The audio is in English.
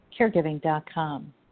caregiving.com